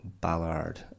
Ballard